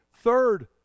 Third